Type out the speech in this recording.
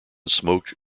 smoked